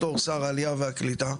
בתור שר העלייה והקליטה,